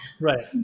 Right